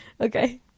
Okay